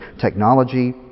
technology